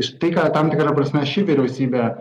štai ką tam tikra prasme ši vyriausybė